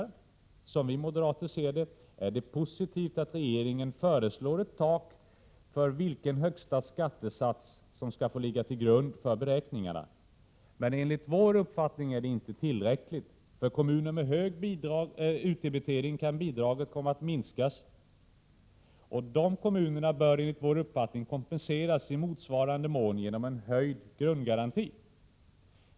Som vi modera = 29 april 1988 ter ser det är det positivt att regeringen nu föreslår ett tak för den högsta skattesats som skall få ligga till grund för beräkningarna. Enligt vår uppfattning är det emellertid inte tillräckligt. Bidraget kan komma att minskas för kommuner med hög utdebitering. Dessa kommuner bör enligt vår uppfattning kompenseras i motsvarande mån genom en höjd grundgaranti.